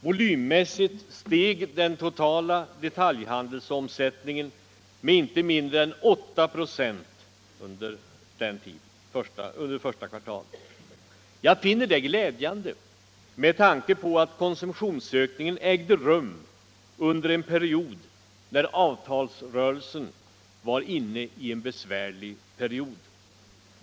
Volymmässigt steg den totala detaljhandelsomsättningen med inte mindre än 8 96 under första kvartalet. Jag finner detta glädjande med tanke på att konsumtionsökningen ägde rum under en tid när avtalsrörelsen var inne i en besvärlig period.